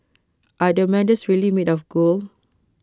are the medals really made of gold